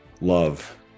love